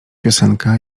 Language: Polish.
piosenka